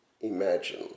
imagine